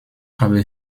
habe